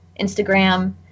Instagram